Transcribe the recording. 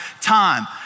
time